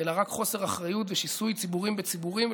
אלא רק חוסר אחריות ושיסוי ציבורים בציבורים.